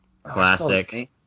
Classic